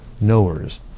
knowers